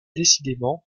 décidément